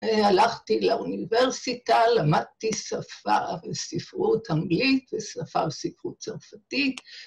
הלכתי לאוניברסיטה, למדתי שפה וספרות אנגלית ושפה וספרות צרפתית.